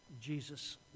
Jesus